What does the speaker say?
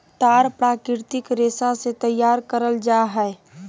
तार प्राकृतिक रेशा से तैयार करल जा हइ